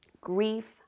grief